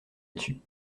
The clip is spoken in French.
dessus